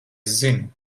zinu